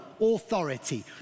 authority